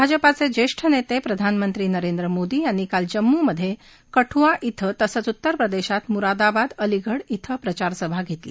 भाजपाचे ज्येष्ठ नेते प्रधानमंत्रीनरेंद्र मोदी यांनी काल जम्मूमधे कठुआ धिं तसंच उत्तरप्रदेशात मुरादाबाद आणि अलिगढ धिं प्रचारसभा येतल्या